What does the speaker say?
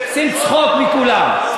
עושים צחוק מכולם.